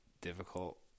difficult